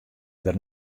der